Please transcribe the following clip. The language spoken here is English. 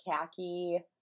khaki